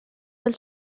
del